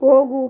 ಹೋಗು